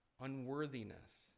unworthiness